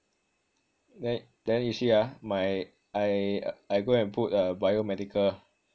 th~ then you see ah my I I go and put biomedical